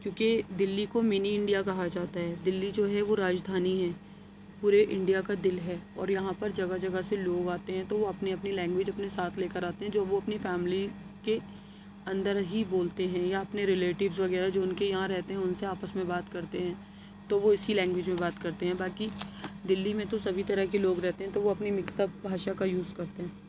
چونکہ دِلی کو mini India کہا جاتا ہے دِلی جو ہے وہ راجدھانی ہے پورے انڈیا کا دِل ہے اور یہاں پر جگہ جگہ سے لوگ آتے ہیں تو وہ اپنے اپنے لینگویج اپنے ساتھ لے کر آتے ہیں جو وہ اپنی فیملی کے اندر ہی بولتے ہیں یا اپنے ریلیٹیوز وغیرہ جو اُن کے یہاں رہتے ہیں اُن سے آپس میں بات کرتے ہیں تو وہ اِسی لینگویج میں بات کرتے ہیں باقی دِلی میں تو سبھی طرح کے لوگ رہتے ہیں تو وہ اپنے مکس اپ بھاشا کا یوز کرتے ہیں